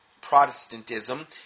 Protestantism